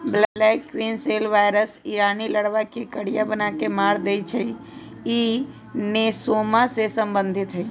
black queen cell virus इ रानी larva के करिया बना के मार देइ छइ इ नेसोमा से सम्बन्धित हइ